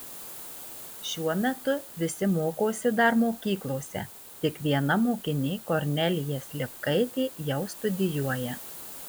šiuo metu visi mokosi dar mokyklose tik viena mokinė kornelija slivkaitė jau studijuoja